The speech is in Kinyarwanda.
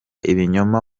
ibinyoma